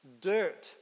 dirt